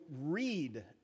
read